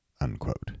Unquote